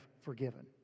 forgiven